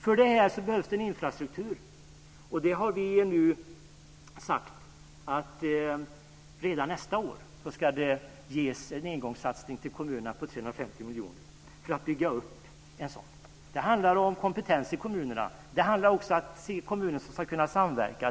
För detta behövs en infrastruktur. Vi har nu sagt att det redan nästa år ska göras en engångssatsning genom att kommunerna får 350 miljoner för att bygga upp en infrastruktur. Det handlar om kompetens i kommunerna. Det handlar också om att kommunerna ska kunna samverka.